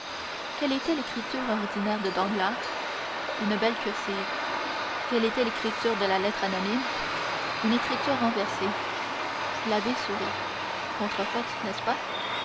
quelle était l'écriture ordinaire de danglars une belle cursive quelle était l'écriture de la lettre anonyme une écriture renversée l'abbé sourit contrefaite n'est-ce pas